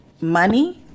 money